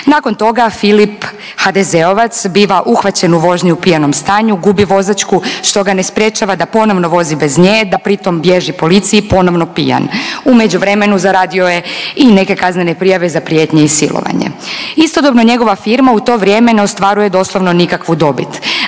Nakon toga Filip HDZ-ovac biva uhvaćen u vožnji u pijanom stanju, gubi vozačku što ga ne sprječava da ponovno vozi bez nje, da pritom bježi policiji ponovno pijan. U međuvremenu zaradio je i neke kaznene prijave za prijetnje i silovanje. Istodobno njegova firma u to vrijeme ne ostvaruje doslovno nikakvu dobit